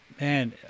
man